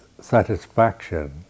satisfaction